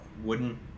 wooden